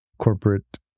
corporate